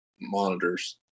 monitors